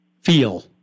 feel